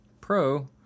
pro